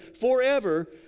forever